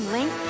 Link